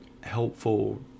helpful